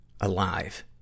alive